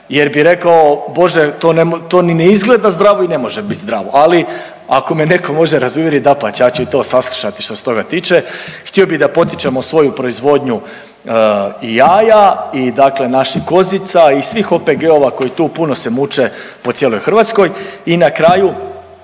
jer bih rekao bože to ni ne izgleda zdravo i ne može bit zdravo. Ali ako me netko može razuvjeriti dapače, ja ću i to saslušati što se toga tiče. Htio bih da potičemo svoju proizvodnju jaja i dakle naših kozica i svih OPG-ova koji tu puno se muče po cijeloj Hrvatskoj. I na kraju